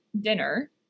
dinner